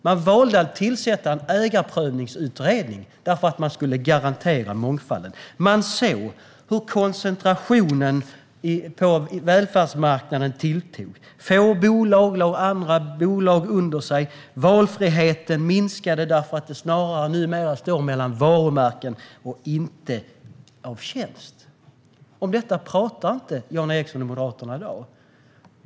Man valde att tillsätta en ägarprövningsutredning för att garantera mångfalden. Man såg hur koncentrationen på välfärdsmarknaden tilltog. Få bolag lade andra bolag under sig. Valfriheten har minskat därför att valet numera står mellan olika varumärken och inte är ett val av tjänst. Om detta pratar inte Jan Ericson och Moderaterna i dag.